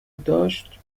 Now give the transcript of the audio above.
داشت